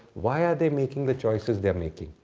why are they making the choices they are making?